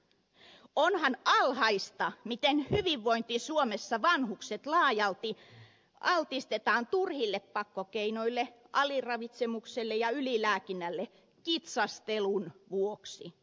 onhan alhaista miten hyvinvointi suomessa vanhukset laajalti altistetaan turhille pakkokeinoille aliravitsemukselle ja ylilääkinnälle kitsastelun vuoksi